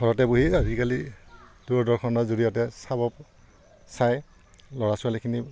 ঘৰতে বহি আজিকালি দূৰদৰ্শনৰ জৰিয়তে চাব চায় ল'ৰা ছোৱালীখিনি